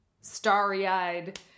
starry-eyed